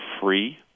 free